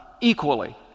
equally